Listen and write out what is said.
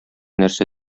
нәрсә